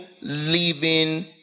Living